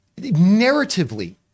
narratively